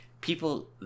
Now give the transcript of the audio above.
People